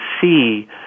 see